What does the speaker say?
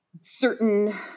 certain